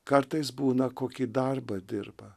kartais būna kokį darbą dirba